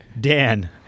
Dan